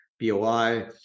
BOI